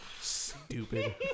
Stupid